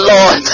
Lord